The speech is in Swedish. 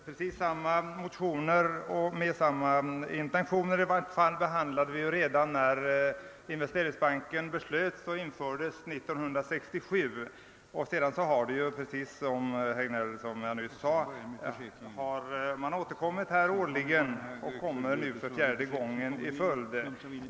Motioner med i vart fall samma intentioner behandlade vi redan när Investe ringsbanken inrättades 1967, och sedan dess har motionerna återkommit, nu för fjärde året i följd.